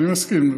אני מסכים,